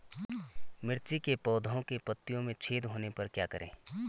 मिर्ची के पौधों के पत्तियों में छेद होने पर क्या करें?